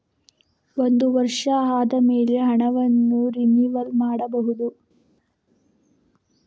ಒಂದು ವರ್ಷ ಆದಮೇಲೆ ಹಣವನ್ನು ರಿನಿವಲ್ ಮಾಡಬಹುದ?